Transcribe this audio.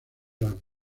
las